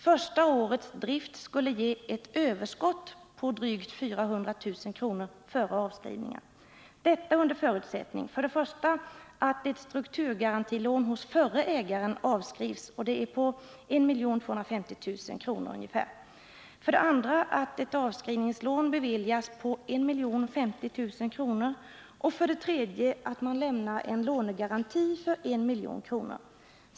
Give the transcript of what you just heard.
Första årets drift skulle ge ett 30 november 1979 överskott på 400 000 kr. före avskrivningar. Detta kan ske under förutsättning att 1) ett strukturgarantilån hos förre ägaren på 1 250 milj.kr. avskrivs, 2) ett avskrivningslån på 1050 milj.kr. beviljas samt 3) att man lämnar en lånegaranti för 1,0 milj.kr.